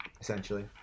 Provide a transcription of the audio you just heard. essentially